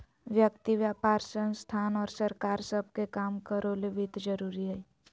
व्यक्ति व्यापार संस्थान और सरकार सब के काम करो ले वित्त जरूरी हइ